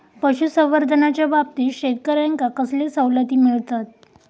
पशुसंवर्धनाच्याबाबतीत शेतकऱ्यांका कसले सवलती मिळतत?